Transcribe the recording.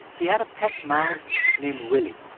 he had a pet mouse named willie.